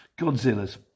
Godzilla's